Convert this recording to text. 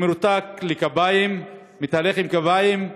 הוא מרותק לקביים, מתהלך עם קביים,